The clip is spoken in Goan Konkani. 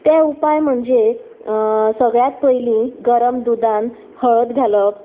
ते उपाय म्हणजे सगळ्यांत पयलीं गरम दुदान हळद घालप